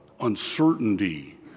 uncertainty